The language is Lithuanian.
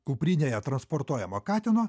kuprinėje transportuojamo katino